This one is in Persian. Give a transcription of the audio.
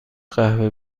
قهوه